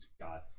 God